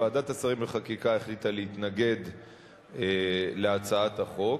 ועדת השרים לחקיקה החליטה להתנגד להצעת החוק,